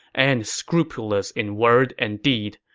and scrupulous in word and deed,